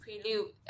Prelude